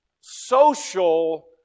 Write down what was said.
social